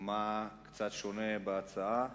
מה קצת שונה בהצעה.